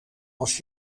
als